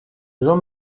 jean